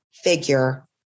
Figure